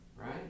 Right